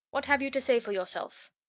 what have you to say for yourself?